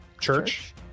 Church